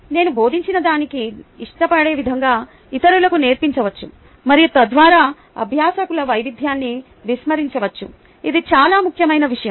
నేను బోధించడానికి ఇష్టపడే విధంగా ఇతరులకు నేర్పించవచ్చు మరియు తద్వారా అభ్యాసకుల వైవిధ్యాన్ని విస్మరించవచ్చు ఇది చాలా ముఖ్యమైన విషయం